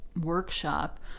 workshop